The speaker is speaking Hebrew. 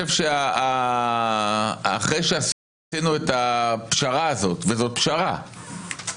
אחרי שעשינו את הפשרה הזאת, וזאת פשרה.